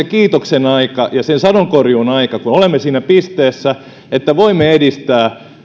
kiitoksen aika ja sen sadonkorjuun aika kun olemme siinä pisteessä että voimme edistää